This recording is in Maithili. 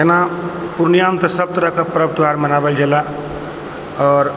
एना पूर्णिया मे तऽ सब तरह के पर्व त्यौहार मनाओल जाइया आओर